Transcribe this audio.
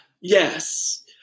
Yes